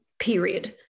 period